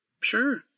Sure